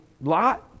Lot